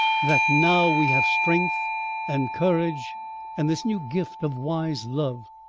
that now we have strength and courage and this new gift of wise love,